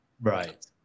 right